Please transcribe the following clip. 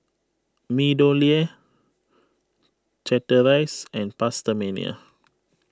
MeadowLea Chateraise and PastaMania